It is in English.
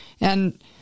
and-